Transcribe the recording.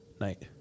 night